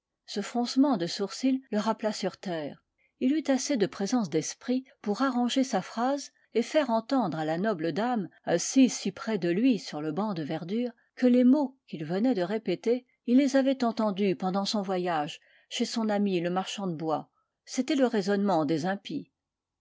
ce froncement de sourcil le rappela sur la terre il eut assez de présence d'esprit pour arranger sa phrase et faire entendre à la noble dame assise si près de lui sur le banc de verdure que les mots qu'il venait de répéter il les avait entendus pendant son voyage chez son ami le marchand de bois c'était le raisonnement des impies